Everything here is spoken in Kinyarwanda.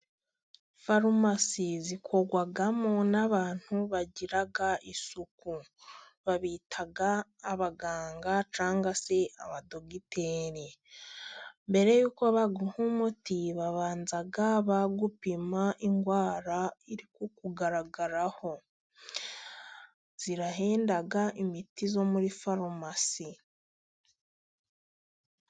Farumasi zikorwagwamo n'abantu bagira isuku babita abaganga cyangwa se abadogiteri. Mbere y'uko baguha umuti babanza bagupima indwara iri kukugaragaraho. Irahinndaga imiti zo muri farumasi.